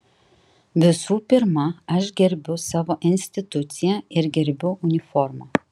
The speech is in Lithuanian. visų pirma aš gerbiu savo instituciją ir gerbiu uniformą